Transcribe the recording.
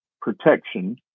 protection